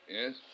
Yes